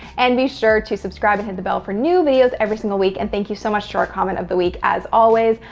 and be sure to subscribe and hit the bell for new videos every single week. and thank you so much to our comment of the week. as always,